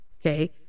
Okay